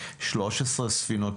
13 ספינות,